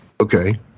Okay